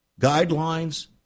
guidelines